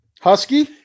Husky